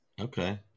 Okay